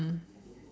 mm